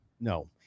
no